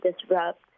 disrupt